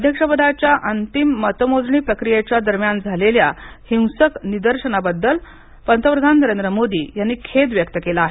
अध्यक्षपदाच्या अंतिम मतमोजणी प्रक्रियेच्या दरम्यान झालेल्या हिंसक निदर्शनांबद्दल पंतप्रधा नरेंद्र मोदी यांनी खेद व्यक्त केला आहे